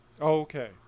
Okay